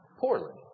poorly